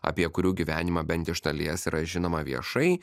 apie kurių gyvenimą bent iš dalies yra žinoma viešai